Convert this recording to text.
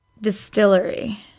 Distillery